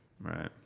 Right